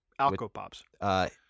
Alco-Pops